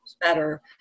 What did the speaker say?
better